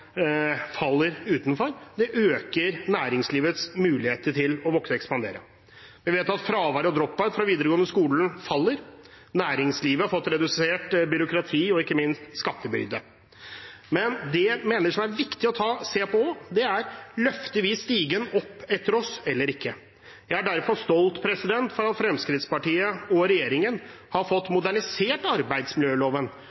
faller utenfor, for det øker næringslivets muligheter til å vokse og ekspandere. Vi vet at fravær og drop-out fra videregående skole faller, og at næringslivet har fått redusert byråkrati og ikke minst skattebyrde. Det som også er viktig å se på, er: Løfter vi stigen opp etter oss eller ikke? Jeg er derfor stolt over at Fremskrittspartiet og regjeringen har fått